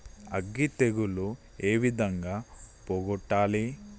అగ్గి తెగులు ఏ విధంగా పోగొట్టాలి?